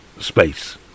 space